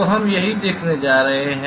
तो हम यही देखने जा रहे हैं